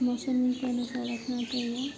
मौसम के अनुसार रखना चाहिए